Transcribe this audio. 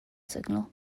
signal